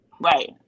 Right